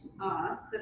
asked